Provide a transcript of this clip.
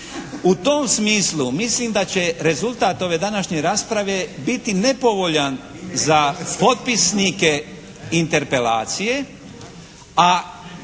U tom smislu mislim da će rezultat ove današnje rasprave biti nepovoljan za potpisnike interpelacije,